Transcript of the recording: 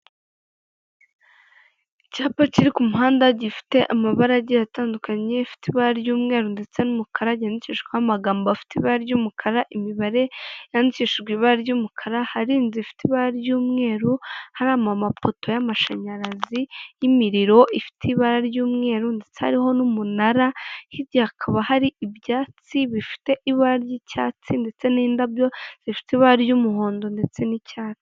Icyapa cyiri ku muhanda gifite amabara atandukanye, ifite ibara ry'umweru ndetse n'umukara cyandikishijweho amagambo afite ibara ry'umukara ,imibare yandikishijwe ibara ry'umukara ,hari inzu ifite ibara ry'umweru, harimo amapoto y'amashanyarazi y'imiriro ifite ibara ry'umweru ndetse hariho n'umunara, hirya hakaba hari ibyatsi bifite ibara ry'icyatsi ndetse n'indabyo zifite ibara ry'umuhondo ndetse n'icyatsi.